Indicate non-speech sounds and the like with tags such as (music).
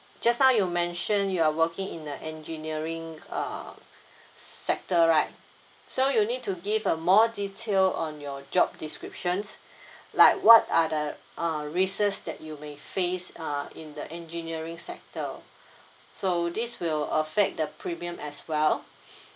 just now you mentioned you are working in the engineering err sector right so you need to give a more detail on your job descriptions (breath) like what are the uh races that you may face uh in the engineering sector so this will affect the premium as well